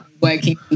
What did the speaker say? working